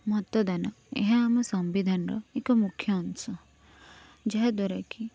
ମତଦାନ ଏହା ଆମ ସମ୍ବିଧାନର ଏକ ମୁଖ୍ୟ ଅଂଶ ଯାହାଦ୍ଵାରା କି